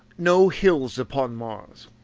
no hills upon mars.